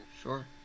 sure